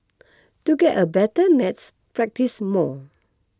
to get a better maths practise more